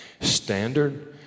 standard